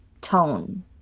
tone